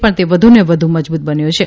પણ તે વધુને વધુ મજબૂત બન્યો છે